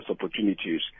opportunities